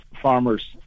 farmers